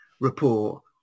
report